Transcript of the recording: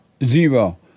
Zero